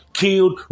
killed